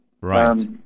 Right